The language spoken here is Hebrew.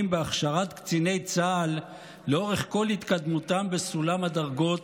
בהכשרת קציני צה"ל לאורך כל התקדמותם בסולם הדרגות?